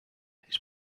his